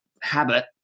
habit